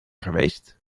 geweest